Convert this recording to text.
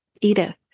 Edith